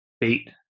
beat